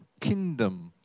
kingdom